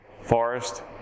forest